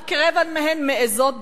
רק רבע מהן מעזות בכלל.